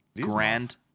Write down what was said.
Grand